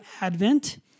Advent